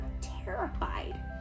terrified